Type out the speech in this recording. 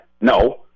No